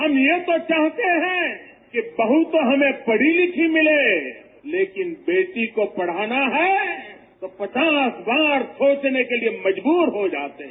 हम ये तो कहते हैं कि बहु तो हमें बढ़ी लिखी मिले लेकिन बेटी को बढ़ाना है तो पचास बार सोचने के लिए मजबूर हो जाते हैं